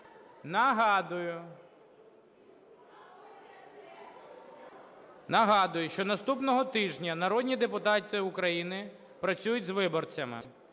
Нагадую, що наступного тижня народні депутати України працюють з виборцями.